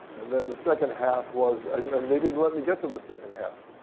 and then the second half was and they didn't let me get to the second half.